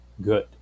good